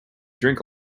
drink